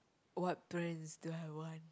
what brands do I want